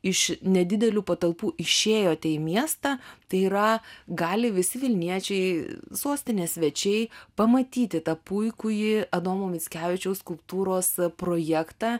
iš nedidelių patalpų išėjote į miestą tai yra gali visi vilniečiai sostinės svečiai pamatyti tą puikųjį adomo mickevičiaus skulptūros projektą